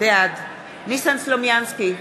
בעד ניסן סלומינסקי,